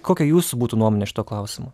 kokia jūsų būtų nuomonė šituo klausimu